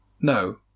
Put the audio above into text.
No